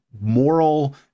moral